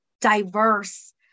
diverse